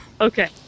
okay